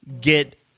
get